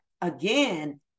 again